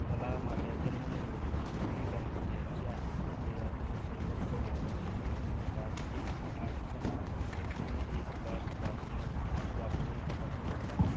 मला माझ्या जन्मनोंदणीची स्थिती जाणून घ्यायची आहे कृपया तुम्ही संदर्भ क्रमांक शून्य शून्य पाच एक आठ सहा नऊ शून्य एक पाच पाच नऊ वापरून तपासू शकता का